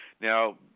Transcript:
Now